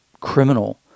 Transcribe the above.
criminal